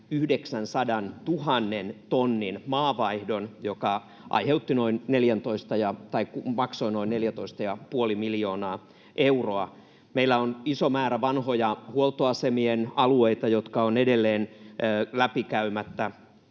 900 000 tonnin maavaihdon, joka maksoi noin 14,5 miljoonaa euroa. Meillä on iso määrä vanhoja huoltoasemien alueita, jotka ovat edelleen läpikäymättä,